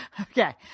Okay